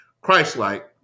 Christ-like